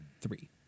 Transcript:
Three